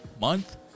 Month